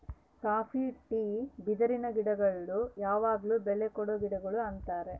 copy tea ಬಿದಿರಿನ ಗಿಡಗುಳ್ನ ಯಾವಗ್ಲು ಬೆಳೆ ಕೊಡೊ ಗಿಡಗುಳು ಅಂತಾರ